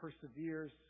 perseveres